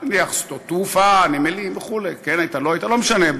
נניח, בשדות תעופה, נמלים וכו', לא משנה,